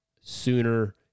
Sooner